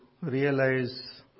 realize